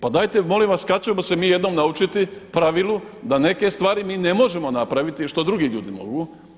Pa dajete molim vas kada ćemo se mi jednom naučiti pravilu da neke stvari mi ne možemo napraviti što drugi ljudi mogu.